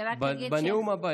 בנאום הבא,